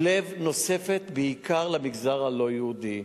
לב נוספת בעיקר למגזר הלא-יהודי,